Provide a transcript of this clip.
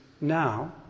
now